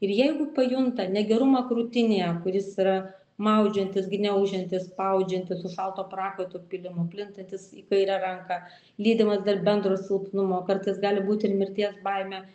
ir jeigu pajunta negerumą krūtinėje kuris yra maudžiantis gniaužiantis spaudžiantis su šalto prakaito pylimu plintantis į kairę ranką lydimas dar bendro silpnumo kartais gali būt ir mirties baimė